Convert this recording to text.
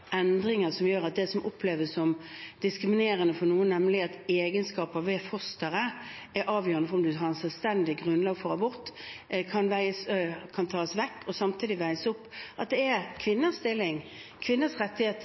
endringer som gjør at det som oppleves som diskriminerende for noen, nemlig at egenskaper ved fosteret er avgjørende for om man har et selvstendig grunnlag for abort, kan tas vekk, og samtidig vekte opp at kvinners stilling, kvinners rettigheter